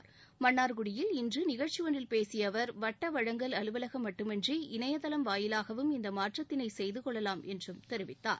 இன்று மன்னார்குடியில் நிகழ்ச்சி ஒன்றில் பேசிய அவர் வட்ட வழங்கல் அலுவலகம் மட்டுமின்றி இணையதளம் வாயிலாகவும் இந்த மாற்றத்தினை செய்து கொள்ளலாம் என்றும் தெரிவித்தார்